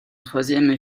troisième